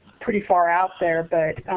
pretty far out there. but